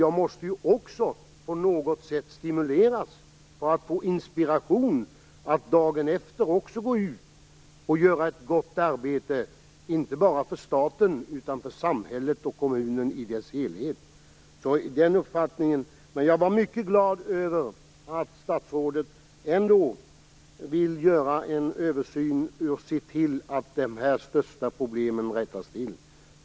Jag måste ju också på något sätt stimuleras och få inspiration så att jag dagen efter också kan göra ett gott arbete, inte bara för staten utan även för samhället och kommunen i dess helhet. Jag är mycket glad över att statsrådet ändå vill göra en översyn och se till att de största problemen rättas till.